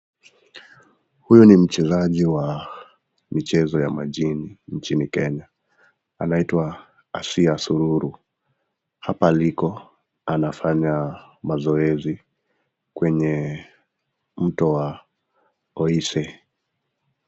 Huyu ni mchezaji wa michezo ya majini nchini Kenya. Anaitwa Hasia sururu, hapa aliko anafanya mazoezi kwenye mto wa koisi.